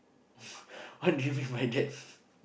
what do you mean by that